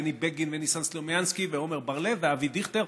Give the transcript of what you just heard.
בני בגין וניסן סלומינסקי ועמר בר-לב ואבי דיכטר,